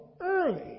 early